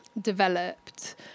developed